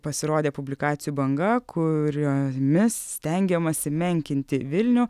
pasirodė publikacijų banga kuriomis stengiamasi menkinti vilnių